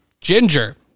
Ginger